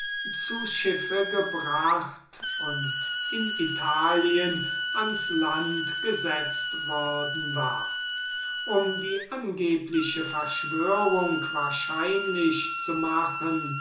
zu schiffe gebracht und in italien ans land gesetzt worden war um das angebliche complot wahrscheinlich zu machen